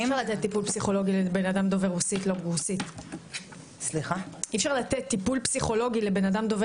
אי אפשר לתת לבן אדם דובר רוסית טיפול פסיכולוגי לא ברוסית,